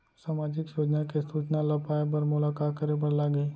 सामाजिक योजना के सूचना ल पाए बर मोला का करे बर लागही?